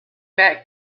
back